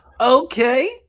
okay